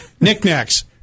knickknacks